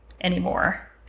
anymore